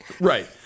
Right